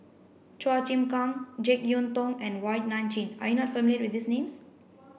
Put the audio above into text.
Chua Chim Kang Jek Yeun Thong and Wong Nai Chin are you not familiar with these names